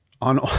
on